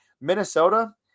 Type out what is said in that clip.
Minnesota